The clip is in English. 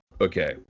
okay